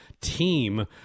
team